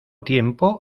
tiempo